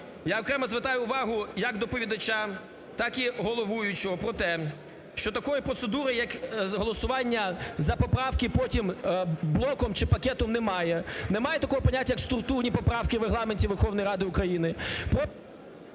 Я окремо звертаю увагу як доповідача, так і головуючого про те, що такої процедури, як голосування за поправки потім блоком чи пакетом, немає. Немає такого поняття як "структурні поправки" в Регламенті Верховної Ради України.